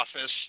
office